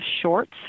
shorts